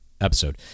episode